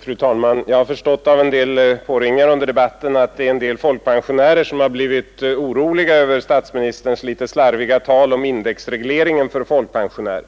Fru talman! Av påringningar jag fått under debatten har jag förstått att en del folkpensionärer blivit oroliga över statsministerns litet slarviga tal om indexregleringen för folkpensionärerna.